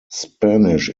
spanish